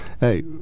hey